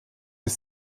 des